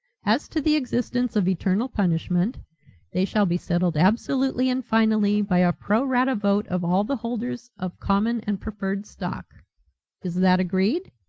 as to the existence of eternal punishment they shall be settled absolutely and finally by a pro-rata vote of all the holders of common and preferred stock is that agreed?